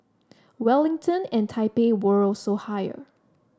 Wellington and Taipei were also higher